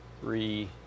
Three